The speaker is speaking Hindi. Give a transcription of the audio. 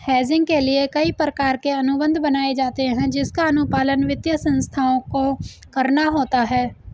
हेजिंग के लिए कई प्रकार के अनुबंध बनाए जाते हैं जिसका अनुपालन वित्तीय संस्थाओं को करना होता है